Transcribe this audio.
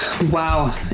Wow